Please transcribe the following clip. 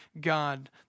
God